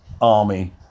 army